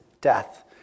death